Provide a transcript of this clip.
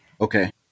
Okay